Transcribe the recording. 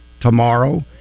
tomorrow